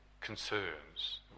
concerns